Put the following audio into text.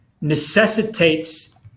necessitates